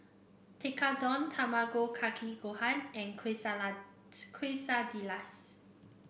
Tekkadon Tamago Kake Gohan and Quesadillas